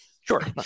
Sure